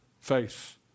faith